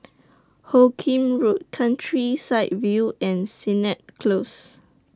Hoot Kiam Road Countryside View and Sennett Close